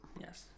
yes